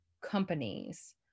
companies